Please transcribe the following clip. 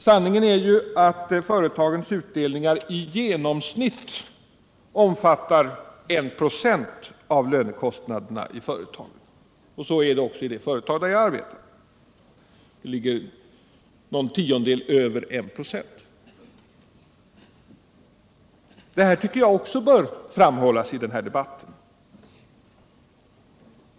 Sanningen är ju att företagets utdelningar i genomsnitt omfattar 1 96 av lönekostnaderna i företaget. Så är det också i det företag där jag arbetar, de ligger någon tiondel över 1 26. Detta bör också framhållas i debatten.